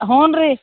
ಹ್ಞೂ ರೀ